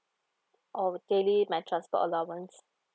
oh daily my transport allowance